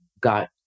got